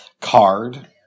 card